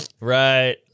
Right